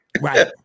Right